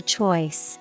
choice